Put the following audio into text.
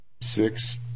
six